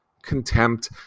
Contempt